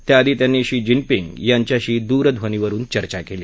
त्याआधी त्यांनी Xi Jinping यांच्याशी दूरध्वनीवरुन चर्चा केली